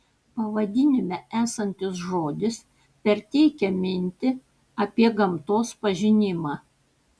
pavadinime esantis žodis perteikia mintį apie gamtos pažinimą